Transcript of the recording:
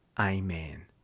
Amen